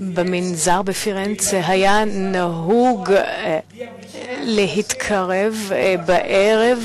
במנזר בפירנצה היה נהוג להתקרב בערב,